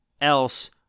else